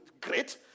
great